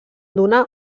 donar